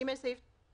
"(ג) סעיף 20טז(א)"